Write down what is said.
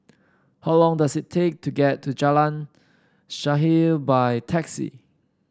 how long does it take to get to Jalan Shaer by taxi